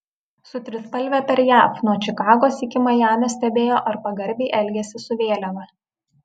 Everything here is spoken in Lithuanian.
su trispalve per jav nuo čikagos iki majamio stebėjo ar pagarbiai elgiasi su vėliava